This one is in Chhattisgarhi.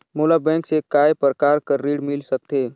मोला बैंक से काय प्रकार कर ऋण मिल सकथे?